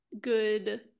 good